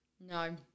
No